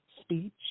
speech